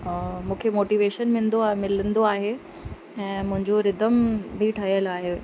मूंखे मोटिवेशन मिलंदो आहे मिलंदो आहे ऐं मुंहिंजो रिदम बि ठहियल आहे